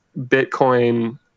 Bitcoin